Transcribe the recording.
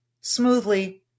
smoothly